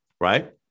right